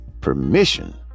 permission